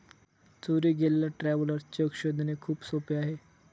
चोरी गेलेला traveller cheque शोधणे खूप सोपे आहे